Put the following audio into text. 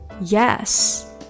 Yes